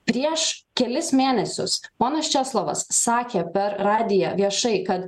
prieš kelis mėnesius ponas česlovas sakė per radiją viešai kad